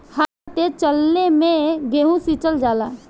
हवा तेज चलले मै गेहू सिचल जाला?